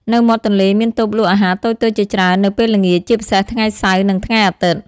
នៅមាត់ទន្លេមានតូបលក់អាហារតូចៗជាច្រើននៅពេលល្ងាច ជាពិសេសថ្ងៃសៅរ៍ នឹងថ្ងៃអាទិត្យ ។